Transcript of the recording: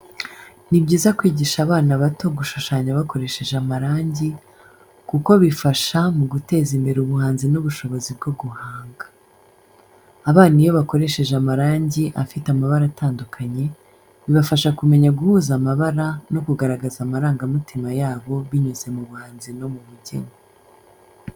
Ni byiza kwigisha abana bato gushushanya bakoresheje amarangi, kuko bifasha mu guteza imbere ubuhanzi n'ubushobozi bwo guhanga. Abana iyo bakoresheje amarangi afite amabara atandukanye, bibafasha kumenya guhuza amabara no kugaragaza amarangamutima yabo binyuze mu buhanzi no mu bugeni.